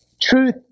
Truth